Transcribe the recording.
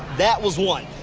that was one.